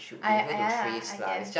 I ah ya lah I guess